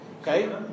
okay